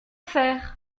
faire